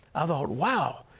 i thought, wow.